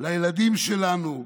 לילדים שלנו,